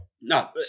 No